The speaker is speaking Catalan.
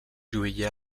lluïa